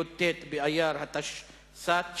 י"ט באייר התשס"ט,